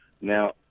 Now